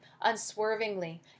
unswervingly